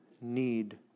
need